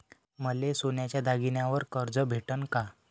मले सोन्याच्या दागिन्यावर कर्ज भेटन का?